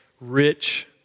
rich